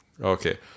okay